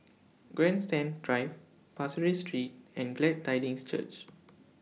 Grandstand Drive Pasir Ris Street and Glad Tidings Church